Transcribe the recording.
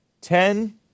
Ten